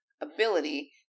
ability